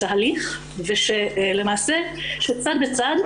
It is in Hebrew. בתהליך, ושלמעשה, שצד בצד